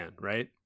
right